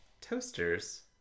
toasters